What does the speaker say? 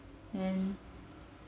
then